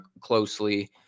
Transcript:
closely